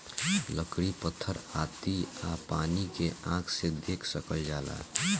लकड़ी पत्थर आती आ पानी के आँख से देख सकल जाला